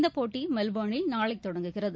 இந்த போட்டி மெல்பர்னில் நாளை தொடங்குகிறது